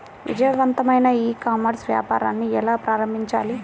విజయవంతమైన e commerce వ్యాపారాన్ని ఎలా ప్రారంభించాలి?